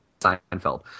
Seinfeld